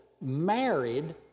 married